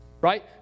Right